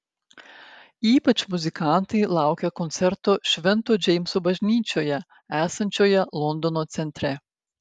ypač muzikantai laukia koncerto švento džeimso bažnyčioje esančioje londono centre